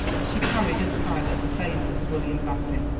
she carried, as pilot, the famous william baffin,